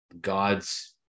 God's